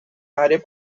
área